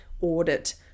audit